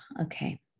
Okay